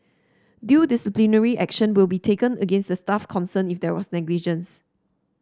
due disciplinary action will be taken against the staff concerned if there was negligence